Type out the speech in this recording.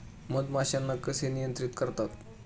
मधमाश्यांना कसे नियंत्रित करतात?